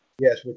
Yes